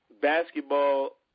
basketball